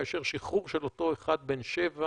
כאשר שחרור של אותו אחד בן שבע